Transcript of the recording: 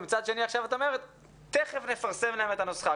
ומצד שני את אומרת עכשיו שתכף תפרסמו להם את הנוסחה.